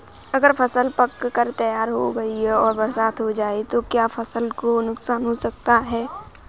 अगर फसल पक कर तैयार हो गई है और बरसात हो जाए तो क्या फसल को नुकसान हो सकता है?